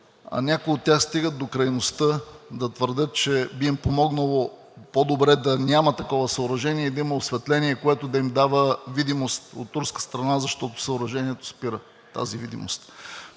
някои от тях стигат до крайността да твърдят, че би им помогнало по-добре да няма такова съоръжение и да има осветление, което да им дава видимост от турска страна, защото съоръжението спира тази видимост.